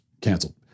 canceled